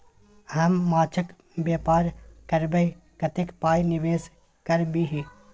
हम माछक बेपार करबै कतेक पाय निवेश करबिही?